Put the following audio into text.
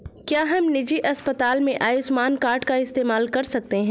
क्या हम निजी अस्पताल में आयुष्मान कार्ड का इस्तेमाल कर सकते हैं?